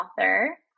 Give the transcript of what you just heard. author